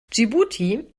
dschibuti